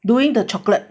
during the chocolate